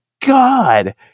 God